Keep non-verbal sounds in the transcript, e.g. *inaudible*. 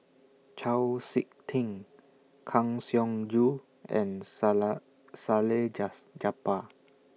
Chau Sik Ting Kang Siong Joo and Sala Salleh *unintelligible* Japar